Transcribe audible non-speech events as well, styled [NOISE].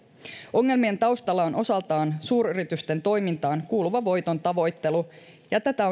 ongelmien taustalla on osaltaan suuryritysten toimintaan kuuluva voitontavoittelu ja tätä [UNINTELLIGIBLE]